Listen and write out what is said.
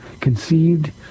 conceived